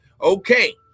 Okay